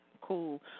cool